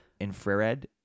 Infrared